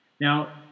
Now